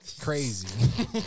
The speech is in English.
Crazy